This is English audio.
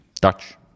Dutch